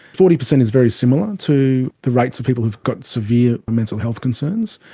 forty percent is very similar to the rates of people who've got severe mental health concerns.